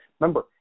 Remember